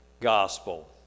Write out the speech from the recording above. gospel